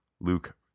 Luke